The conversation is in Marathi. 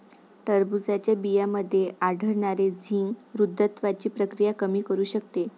टरबूजच्या बियांमध्ये आढळणारे झिंक वृद्धत्वाची प्रक्रिया कमी करू शकते